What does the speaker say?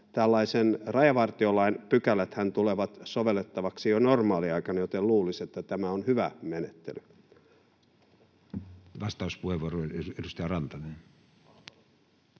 tällaisen rajavartiolain pykäläthän tulevat sovellettavaksi jo normaaliaikana, joten luulisi, että tämä on hyvä menettely. [Speech 46] Speaker: Matti Vanhanen